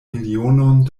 milionon